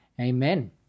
Amen